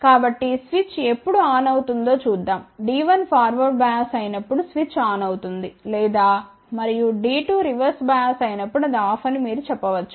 కాబట్టి స్విచ్ ఎప్పుడు ఆన్ అవుతుందో చూద్దాంD1 ఫార్వర్డ్ బయాస్ అయినప్పుడు స్విచ్ ఆన్ అవుతుంది లేదా మరియు D2 రివర్స్ బయాస్ అయినప్పుడు అది ఆఫ్ అని మీరు చెప్పవచ్చు